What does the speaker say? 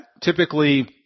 typically –